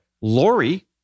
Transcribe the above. Lori